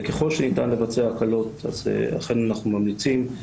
וככל שניתן לבצע הקלות אז אכן אנחנו ממליצים.